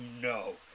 no